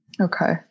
Okay